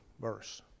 verse